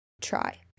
try